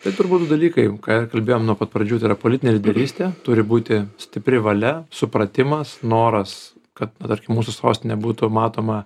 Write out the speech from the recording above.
tai turbūt dalykai ką kalbėjom nuo pat pradžių tai yra politinė lyderystė turi būti stipri valia supratimas noras kad na tarkim mūsų sostinė būtų matoma